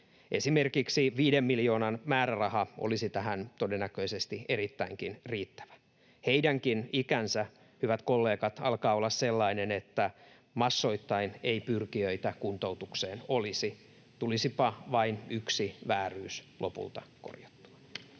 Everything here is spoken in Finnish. esimerkiksi 5 miljoonan määräraha olisi tähän todennäköisesti erittäinkin riittävä. Heidänkin ikänsä, hyvät kollegat, alkaa olla sellainen, että massoittain ei pyrkijöitä kuntoutukseen olisi. Tulisipa vain yksi vääryys lopulta korjattua.